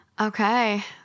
Okay